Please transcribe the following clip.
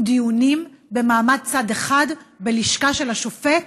דיונים במעמד צד אחד בלשכה של השופט,